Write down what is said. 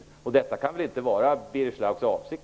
Detta kan väl ändå inte vara Birger Schlaugs avsikt?